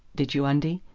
did you, undie?